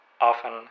often